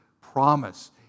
promise